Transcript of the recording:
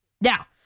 Now